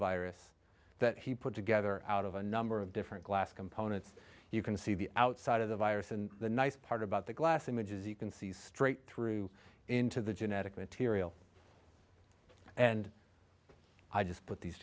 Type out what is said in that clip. coronavirus that he put together out of a number of different glass components you can see the outside of the virus and the nice part about the glass images you can see straight through into the genetic material and i just put these